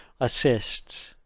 assists